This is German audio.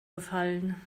gefallen